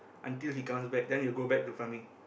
until he comes back then we will go back to farming